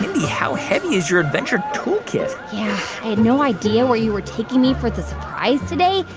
mindy, how heavy is your adventure toolkit? yeah. i had no idea where you were taking me for the surprise today,